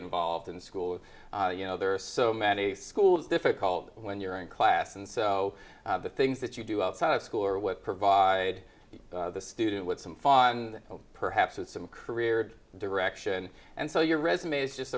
involved in school and you know there are so many schools difficult when you're in class and so the things that you do outside of school are what provide the student with some fun of perhaps with some careered direction and so your resume is just